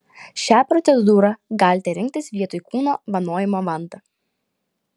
šią procedūrą galite rinktis vietoj kūno vanojimo vanta